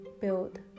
build